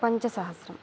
पञ्चसहस्रम्